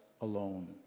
alone